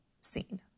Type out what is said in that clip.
scene